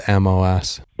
MOS